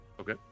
Okay